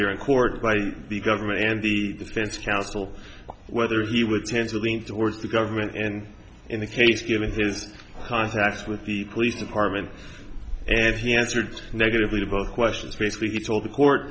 here in court by the government and the defense counsel whether he would tend to lean towards the government and in the case given his contacts with the police department and he answered negatively to both questions basically he told the court